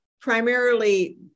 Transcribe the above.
primarily